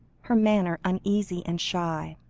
her manner uneasy and shy.